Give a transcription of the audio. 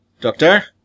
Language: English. Doctor